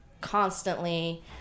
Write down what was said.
constantly